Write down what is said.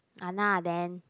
ah nah then